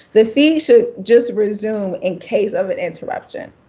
the feed should just resume in case of an interruption.